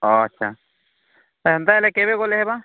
ହଁ ଆଚ୍ଛା ହେନ୍ତା ହେଲେ କେବେ ଗଲେ ହେବା